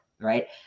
right